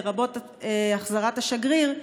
לרבות החזרת השגריר,